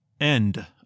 End